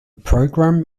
program